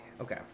Okay